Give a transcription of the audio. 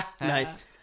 Nice